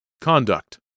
Conduct